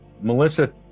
Melissa